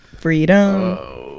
Freedom